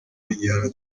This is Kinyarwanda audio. igihano